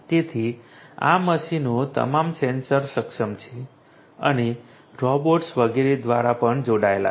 તેથી આ મશીનો તમામ સેન્સર સક્ષમ છે અને રોબોટ્સ વગેરે દ્વારા પણ જોડાયેલા છે